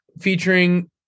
featuring